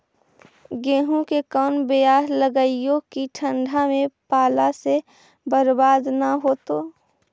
गेहूं के कोन बियाह लगइयै कि ठंडा में पाला से बरबाद न होतै?